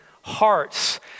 hearts